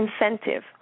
incentive